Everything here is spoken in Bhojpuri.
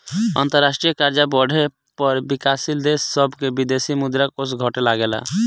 अंतरराष्ट्रीय कर्जा बढ़े पर विकाशील देश सभ के विदेशी मुद्रा कोष घटे लगेला